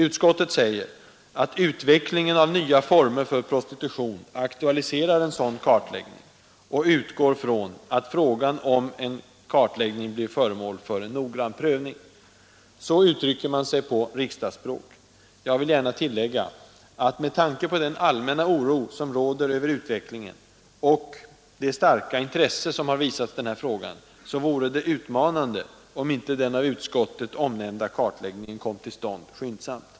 Utskottet säger att utvecklingen av nya former för prostitution aktualiserar en kartläggning och utgår från att frågan om en sådan blir föremål för noggrann prövning. Så uttrycker man sig på riksdagsspråk. Jag vill gärna tillägga att med tanke på den allmänna oro som råder över utvecklingen och det starka intresse som visats frågan vore det utmanande om inte den av utskottet omnämnda kartläggningen kom till stånd skyndsamt.